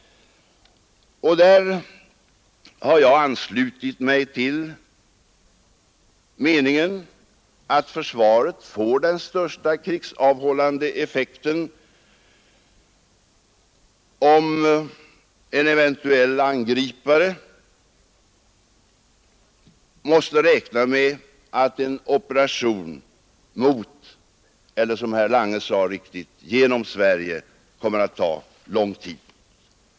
Jag har anslutit mig till meningen att försvaret får den största krigsavhållande effekten om en eventuell angripare måste räkna med att en operation mot eller — som herr Lange sade riktigt — genom Sverige kommer att ta lång tid.